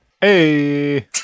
Hey